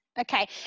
okay